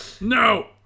No